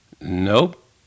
Nope